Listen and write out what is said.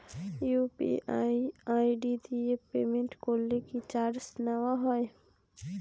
UPI ID দিয়ে payment করলে কি চার্জ নেয়া হয়?